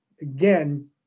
again